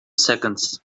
seconds